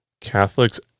Catholics